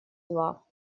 два